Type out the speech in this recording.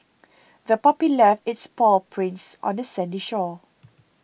the puppy left its paw prints on the sandy shore